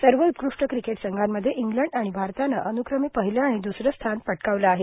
सर्व उत्कृष्ट क्रिकेट संघांमध्ये इंग्लंड आणि भारतानं अन्क्रमे पहिलं आणि द्सरा स्थानं पटकावलं आहे